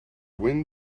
wind